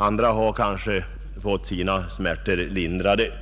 andra fall har de fått sina smärtor lindrade.